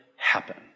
happen